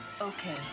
okay